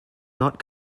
not